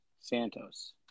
Santos